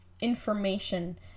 information